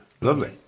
Lovely